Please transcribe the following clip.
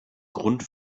grund